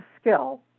skill